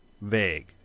vague